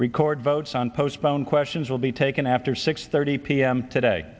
record votes on postpone questions will be taken after six thirty p m today